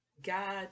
God